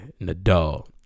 Nadal